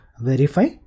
verify